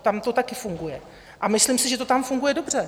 Tam to taky funguje a myslím si, že to tam funguje dobře.